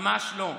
ממש לא.